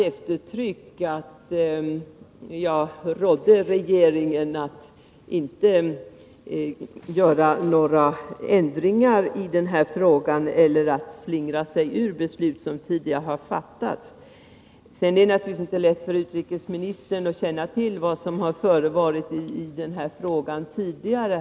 Jag rådde ändå med eftertryck regeringen att inte göra några ändringar när det gäller den här frågan och att inte slingra sig ur beslut som tidigare har fattats. Det är naturligtvis inte lätt för utrikesministern att känna till vad som i denna fråga tidigare har förevarit här i kammaren.